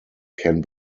can